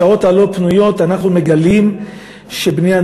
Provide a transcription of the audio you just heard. בשעות הלא-פנויות אנחנו מגלים שבני-הנוער,